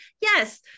Yes